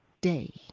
day